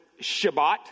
Shabbat